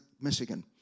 Michigan